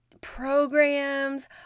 programs